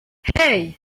hey